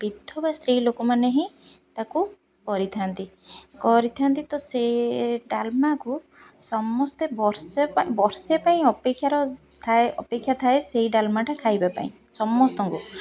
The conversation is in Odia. ବିଧବା ସ୍ତ୍ରୀ ଲୋକମାନେ ହିଁ ତାକୁ କରିଥାନ୍ତି କରିଥାନ୍ତି ତ ସେ ଡାଲମାକୁ ସମସ୍ତେ ବର୍ଷେ ବର୍ଷେ ପାଇଁ ଅପେକ୍ଷାର ଥାଏ ଅପେକ୍ଷା ଥାଏ ସେଇ ଡାଲମାଟା ଖାଇବା ପାଇଁ ସମସ୍ତଙ୍କୁ